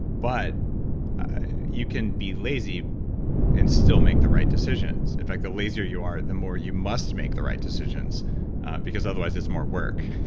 but you can be lazy and still make the right decisions. in fact, the lazier you are, the more you must make the right decisions because otherwise it's more work.